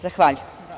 Zahvaljujem.